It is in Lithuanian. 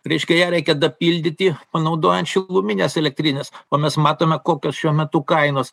reiškia ją reikia papildyti panaudojant šilumines elektrines o mes matome kokios šiuo metu kainos